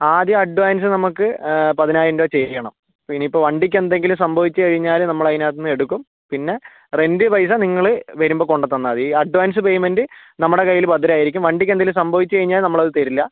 ആദ്യം അഡ്വാൻസ് നമ്മൾക്ക് പതിനായിരം രൂപ ചെയ്യണം ഇപ്പോൾ ഇനി ഇപ്പോൾ വണ്ടിക്ക് എന്തെങ്കിലും സംഭവിച്ചു കഴിഞ്ഞാൽ നമ്മൾ അതിനകത്ത് നിന്ന് എടുക്കും പിന്നെ റെൻറ്റ് പൈസ നിങ്ങൾ വരുമ്പോൾ കൊണ്ടുത്തന്നാൽ മതി അഡ്വാൻസ് പേയ്മെൻ്റ് നമ്മുടെ കയ്യിൽ ഭദ്രമായിരിക്കും വണ്ടിക്ക് എന്തെങ്കിലും സംഭവിച്ചു കഴിഞ്ഞാൽ നമ്മളത് തരില്ല